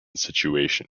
situation